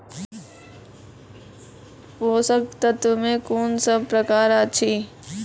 पोसक तत्व मे कून सब प्रकार अछि?